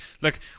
look